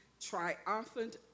triumphant